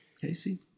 Casey